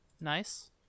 Nice